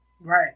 Right